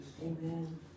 Amen